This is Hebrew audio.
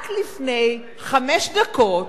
רק לפני חמש דקות,